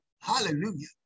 Hallelujah